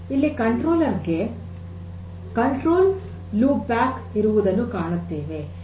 ಇಲ್ಲಿ ನಿಯಂತ್ರಕನಿಗೆ control loop back ಇರುವುದನ್ನು ಕಾಣುತ್ತೇವೆ